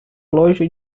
loja